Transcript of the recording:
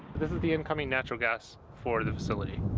this is the incoming natural gas for the facility.